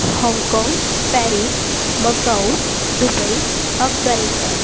Hong Kong Paris Macao Dubai Afghanistan